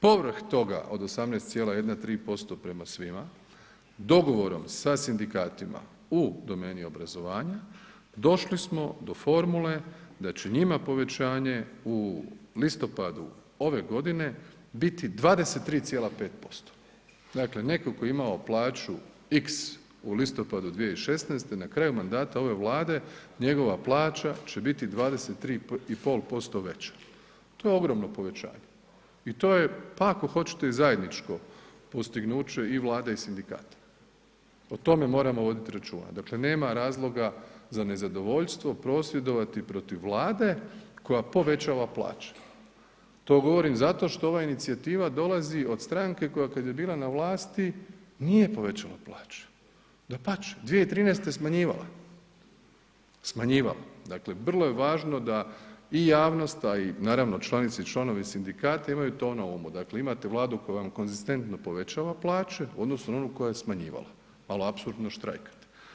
Povrh toga od 18,3% prema svima, dogovorom sa sindikatima u domeni obrazovanja došli smo do formule da će njima povećanje u listopadu ove godine biti 23,5%, dakle neko ko je imao plaću x u listopadu 2016. na kraju mandata ove Vlade njegova plaća će biti 23,5% veća, to je ogromno povećanje i to je, pa ako hoćete i zajedničko postignuće i Vlade i sindikata, o tome moramo vodit računa, dakle nema razloga za nezadovoljstvo, prosvjedovati protiv Vlade koja povećava plaće, to govorim zato što ova inicijativa dolazi od stranke koja kad je bila na vlasti nije povećala plaće, dapače 2013. je smanjivala, smanjivala, dakle vrlo je važno da i javnost, a i naravno, članice i članovi sindikata imaju to na umu, dakle imate Vladu koja vam konzistentno povećava plaće u odnosu na onu koja je smanjivala, al apsurdno štrajkate.